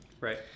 Right